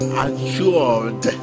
assured